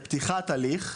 לפתיחת הליך,